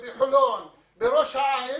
חולון, ראש העין